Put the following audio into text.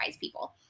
people